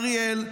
אריאל,